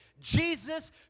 Jesus